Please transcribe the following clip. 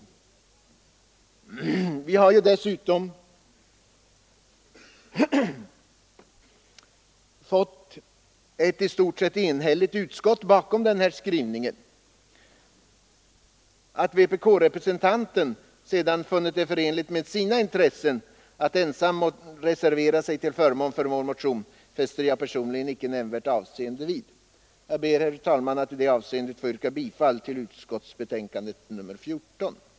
Vi har dessutom fått ett i det stora hela enigt utskott bakom denna skrivning. Att vpk-representanten sedan funnit det förenligt med sina intressen att ensam reservera sig till förmån för vår motion, fäster jag personligen inte nämnvärt avseende vid. Jag ber, herr talman, att få yrka bifall till inrikesutskottets hemställan i betänkandet nr 14.